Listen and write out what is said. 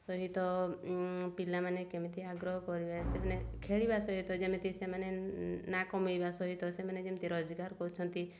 ସହିତ ପିଲାମାନେ କେମିତି ଆଗ୍ରହ କରିବେ ସେମାନେ ଖେଳିବା ସହିତ ଯେମିତି ସେମାନେ ନା କମେଇବା ସହିତ ସେମାନେ ଯେମିତି ରୋଜଗାର କରୁଛନ୍ତି